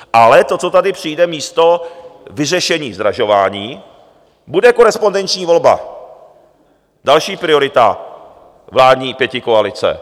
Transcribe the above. Ale to, co tady přijde místo vyřešení zdražování, bude korespondenční volba další priorita vládní pětikoalice.